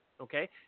okay